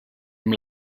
amb